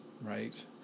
Right